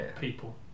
people